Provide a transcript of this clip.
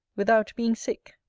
without being sick.